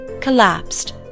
collapsed